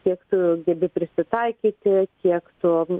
kiek tu gebi prisitaikyti kiek tu